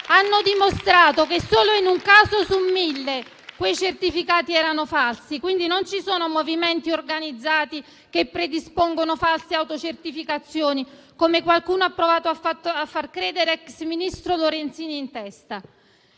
hanno dimostrato che solo in un caso su mille quei certificati erano falsi, quindi non ci sono movimenti organizzati che predispongono false autocertificazioni, come qualcuno ha provato a far credere, ex ministro Lorenzin in testa.